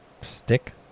stick